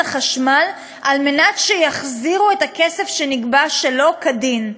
החשמל כדי שיחזירו את הכסף שנגבה שלא כדין.